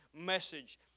message